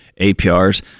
APRs